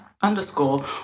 underscore